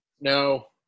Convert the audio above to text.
No